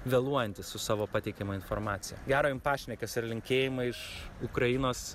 vėluojantys su savo pateikiama informacija gero jum pašnekesio ir linkėjimai iš ukrainos